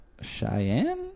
Cheyenne